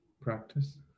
practice